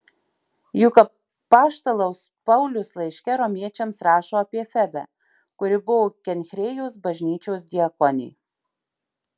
juk apaštalaus paulius laiške romiečiams rašo apie febę kuri buvo kenchrėjos bažnyčios diakonė